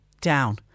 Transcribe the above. down